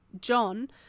John